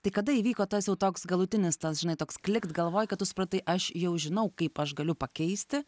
tai kada įvyko tas jau toks galutinis tas žinai toks klikt galvoj kad tu supratai aš jau žinau kaip aš galiu pakeisti